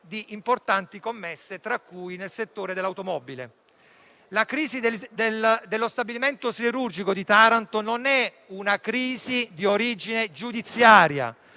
di importanti commesse, tra cui quelle nel settore dell'automobile. La crisi dello stabilimento siderurgico di Taranto non è di origine giudiziaria,